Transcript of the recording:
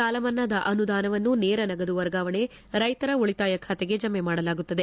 ಸಾಲ ಮನ್ನಾದ ಅನುದಾನವನ್ನು ನೇರ ನಗದು ವರ್ಗಾವಣೆ ರೈತರ ಉಳಿತಾು ಖಾತೆಗೆ ಜಮೆ ಮಾಡಲಾಗುತ್ತದೆ